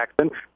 Jackson